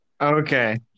Okay